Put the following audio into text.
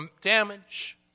damage